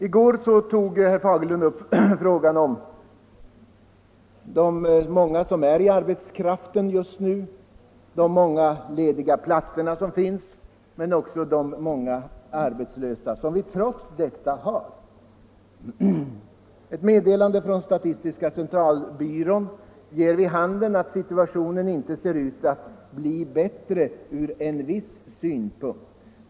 I går tog herr Fagerlund upp frågan om de många som är i arbetskraften just nu och de många lediga platser som finns men också de många arbetslösa som vi trots detta har. Ett meddelande från statistiska centralbyrån ger vid handen att si 21 tuationen ur en viss synpunkt inte ser ut att bli bättre.